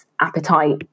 appetite